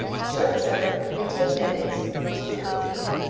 sharp cheddar mixed with mayonnaise, mustard, cream,